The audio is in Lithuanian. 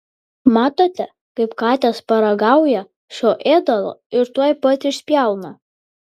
matote kaip katės paragauja šio ėdalo ir tuoj pat išspjauna